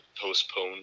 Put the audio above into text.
postpone